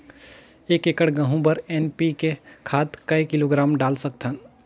एक एकड़ गहूं बर एन.पी.के खाद काय किलोग्राम डाल सकथन?